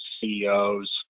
CEOs